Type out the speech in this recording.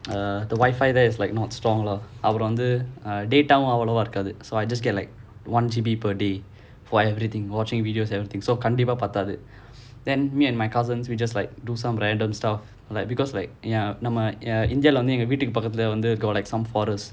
err the Wi-Fi there is like not strong lah I would அப்புறம் வந்து:appuram vanthu data அவ்ளோவா இருக்காது:avlovaa irukkaathu so I just get like one G_B per day for everything watching videos everything so கண்டிப்பா பத்து:kandippaa pathathu then me and my cousins we just like do some random stuff like because like ya நம்ம ஏன் வேங்கை வீட்டுக்கு பக்கத்துல வைத்து:namma yaen vengai veetukku pakathula vaithu got like some forest